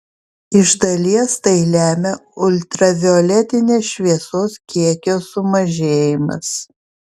iš dalies tai lemia ultravioletinės šviesos kiekio sumažėjimas